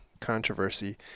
controversy